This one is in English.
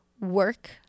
work